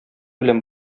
белән